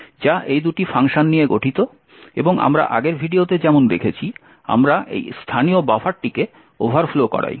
যা এই দুটি ফাংশন নিয়ে গঠিত এবং আমরা আগের ভিডিওতে যেমন দেখেছি আমরা এই স্থানীয় বাফারটিকে ওভারফ্লো করাই